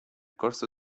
corso